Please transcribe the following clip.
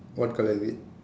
what colour is it